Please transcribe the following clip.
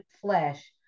flesh